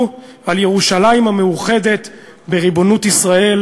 על ירושלים המאוחדת בריבונות ישראל,